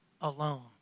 alone